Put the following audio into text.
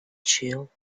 chile